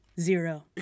Zero